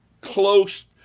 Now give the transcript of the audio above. close